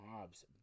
Hobbs